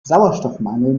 sauerstoffmangel